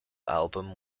album